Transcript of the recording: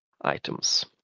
items